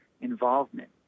involvement